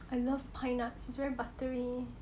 I love pine nuts it's very buttery